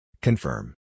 Confirm